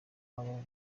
babo